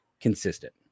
consistent